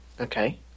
Okay